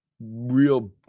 real